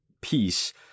peace